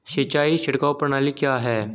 सिंचाई छिड़काव प्रणाली क्या है?